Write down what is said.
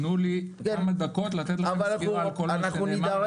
תנו לי כמה דקות לתת לכם סקירה על כל מה שנאמר --- אבל אנחנו